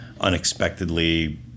Unexpectedly